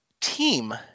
team